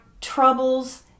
troubles